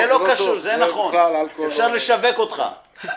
זה לא קשור, זה נכון, אפשר לשווק אותך...